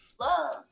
love